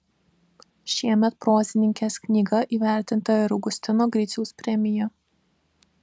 šiemet prozininkės knyga įvertinta ir augustino griciaus premija